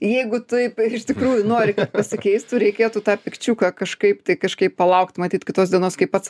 jeigu taip iš tikrųjų nori kad pasikeistų reikėtų tą pikčiuką kažkaip tai kažkaip palaukt matyt kitos dienos kai pats